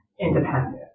independent